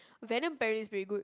Venom Perry is pretty good